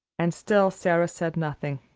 and still sara said nothing.